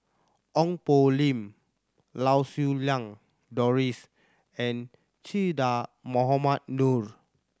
Ong Poh Lim Lau Siew Lang Doris and Che Dah Mohamed Noor